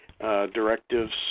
directives